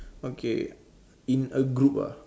okay in a group ah